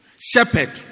Shepherd